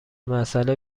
مسئله